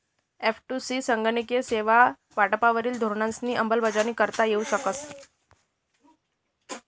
एफ.टु.सी संगणकीय सेवा वाटपवरी धोरणंसनी अंमलबजावणी करता येऊ शकस